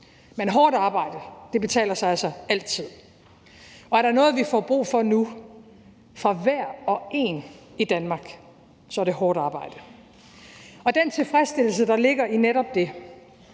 Men hårdt arbejde betaler sig altså altid, og er der noget, vi får brug for nu fra hver og en i Danmark, så er det hårdt arbejde. Og den tilfredsstillelse, der ligger i netop det